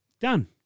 Done